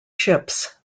chips